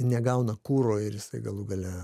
negauna kuro ir jisai galų gale